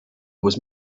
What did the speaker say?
was